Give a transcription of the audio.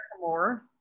more